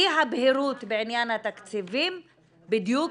אי הבהירות בעניין התקציבים בדיוק